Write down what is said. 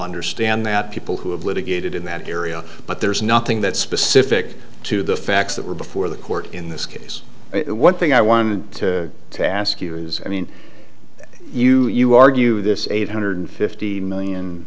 understand that people who have litigated in that area but there's nothing that specific to the facts that were before the in this case one thing i want to ask you is i mean you you argue this eight hundred fifty million